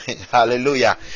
Hallelujah